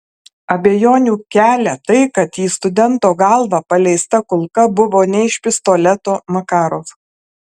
abejonių kelia tai kad į studento galvą paleista kulka buvo ne iš pistoleto makarov